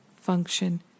function